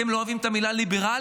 אתם לא אוהבים את המילה "ליברלית",